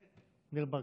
ניר ברקת.